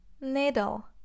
Needle